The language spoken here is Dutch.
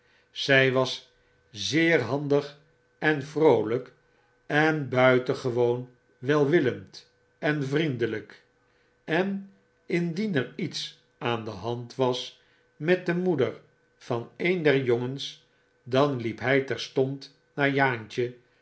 zij was zeer handig en vfooljjk en buitengewoon welvvillend en vriendeljjk en indien er iets aan dd hand was met de moeder van een der jongens dan liep hjj terstond naar jaantje